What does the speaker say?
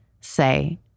say